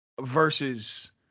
Versus